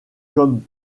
comme